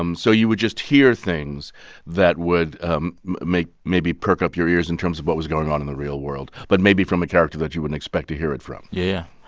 um so you would just hear things that would um maybe maybe perk up your ears in terms of what was going on in the real world, but maybe from a character that you wouldn't expect to hear it from yeah. yeah.